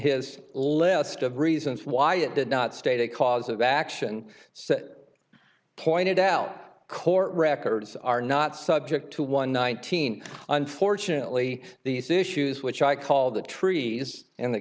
his list of reasons why it did not state a cause of action said pointed out court records are not subject to one nineteen unfortunately these issues which i call the trees and the